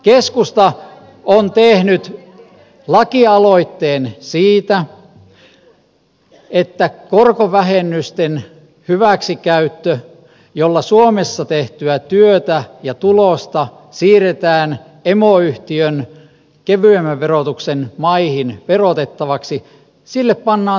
keskusta on tehnyt lakialoitteen siitä että korkovähennysten hyväksikäytölle jolla suomessa tehtyä työtä ja tulosta siirretään emoyhtiön kevyemmän verotuksen maihin verotettavaksi pannaan selvä raja